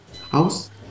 house